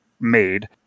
made